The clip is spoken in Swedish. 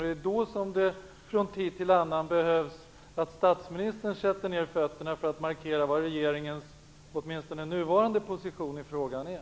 Det är därför viktigt att statsministern sätter ner fötterna för att markera vad regeringens nuvarande position i frågan är.